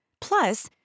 Plus